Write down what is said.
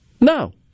No